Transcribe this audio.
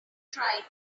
trying